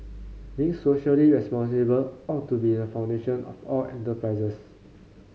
being socially responsible ought to be the foundation of all enterprises